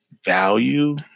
value